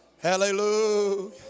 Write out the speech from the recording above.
Hallelujah